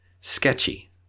sketchy